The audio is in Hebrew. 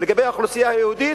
לאוכלוסייה היהודית,